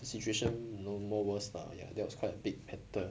the situation you know more worse lah ya that was quite a big factor